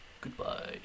Goodbye